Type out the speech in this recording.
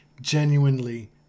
genuinely